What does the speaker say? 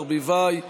אורנה ברביבאי,